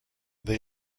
they